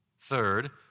Third